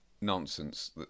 nonsense